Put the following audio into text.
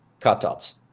cutouts